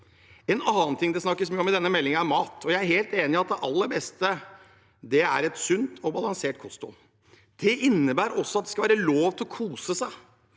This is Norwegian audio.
Noe annet det skrives mye om i denne meldingen, er mat. Jeg er helt enig i at det aller beste er et sunt og balansert kosthold. Det innebærer også at det skal være lov til å kose seg.